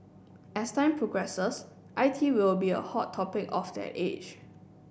as time progresses I T will be a hot topic of that age